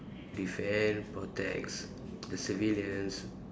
defend protects the civilians